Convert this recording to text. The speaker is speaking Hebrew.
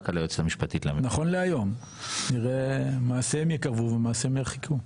נכון להיום, נראה מעשיהם יקרבו ומעשיהם ירחיקו.